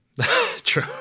True